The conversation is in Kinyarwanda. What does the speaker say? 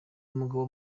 umugabo